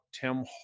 Tim